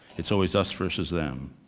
it's always us versus them.